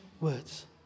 words